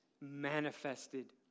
manifested